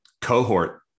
cohort